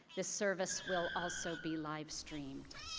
the service will also be livestreamed.